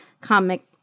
comic